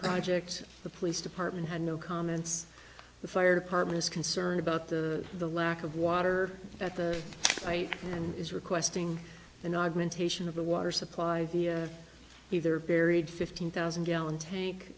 project the police department had no comments the fire department is concerned about the the lack of water at the site and is requesting an augmentation of the water supply the either buried fifteen thousand gallon tank